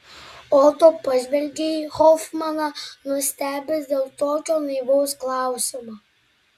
oto pažvelgė į hofmaną nustebęs dėl tokio naivaus klausimo